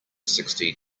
sixty